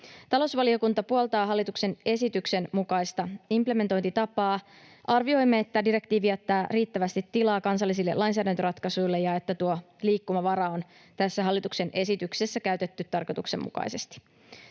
Talousvaliokunta puoltaa hallituksen esityksen mukaista implementointitapaa. Arvioimme, että direktiivi jättää riittävästi tilaa kansallisille lainsäädäntöratkaisuille ja että tuo liikkumavara on tässä hallituksen esityksessä käytetty tarkoituksenmukaisesti.